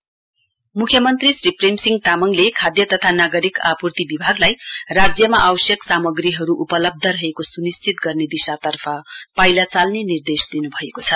CM food मुख्यमन्त्री श्री प्रेमसिंह तामङले खाद्य तथा नागरिक आपूर्ति विभागलाई राज्यमा आवश्यक सामग्रीहरुको उपलब्ध रहेको सुनिश्चित गर्न दिशातर्फ पाइला चाल्ने निर्देश दिनु भएको छ